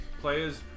players